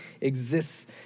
exists